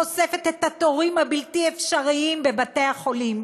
חושפת את התורים הבלתי-אפשריים בבתי-החולים.